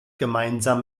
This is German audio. gemeinsam